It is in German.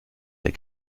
der